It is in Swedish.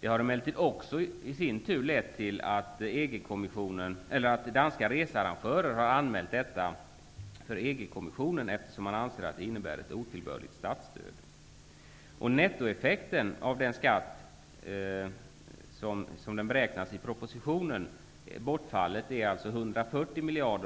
Detta har i sin tur lett till att danska researrangörer anmält förfarandet för EG kommissionen, eftersom man anser att det innebär ett otillbörligt statsstöd. Nettoeffekten av denna skatt beräknas i propositionen till ett bortfall på 140 miljoner.